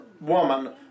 woman